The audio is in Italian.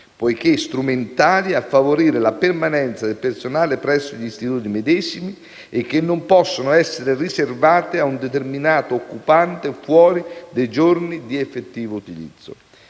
poiché strumentali a favorire la permanenza del personale presso gli istituti medesimi e che non possono essere riservate a un determinato occupante fuori dei giorni di effettivo utilizzo».